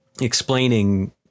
explaining